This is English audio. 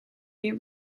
you